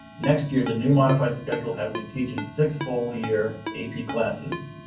next year the new modified schedule has been teaching six full year ap classes.